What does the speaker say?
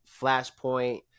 Flashpoint